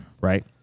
right